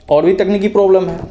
और भी तकनीकी प्रोबलम है